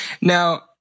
Now